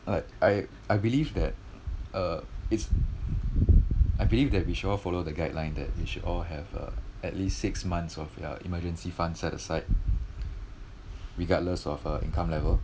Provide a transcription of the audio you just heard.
Iike I I believe that uh it's I believe that we should all follow the guideline that we should all have uh at least six months of ya emergency funds set aside regardless of uh income level